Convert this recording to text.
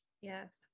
yes